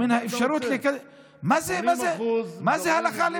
מה אתה רוצה, מה אתה רוצה?